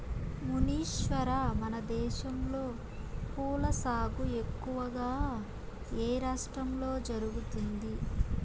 మునీశ్వర, మనదేశంలో పూల సాగు ఎక్కువగా ఏ రాష్ట్రంలో జరుగుతుంది